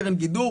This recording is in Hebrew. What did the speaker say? קרן גידור,